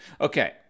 Okay